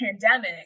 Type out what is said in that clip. pandemic